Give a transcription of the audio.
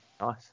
nice